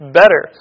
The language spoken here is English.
better